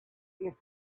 its